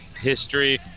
history